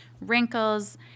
wrinkles